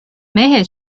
mehe